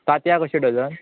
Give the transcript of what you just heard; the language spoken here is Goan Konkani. तातयां कशीं डजन